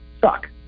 suck